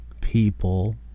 people